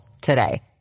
today